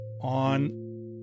on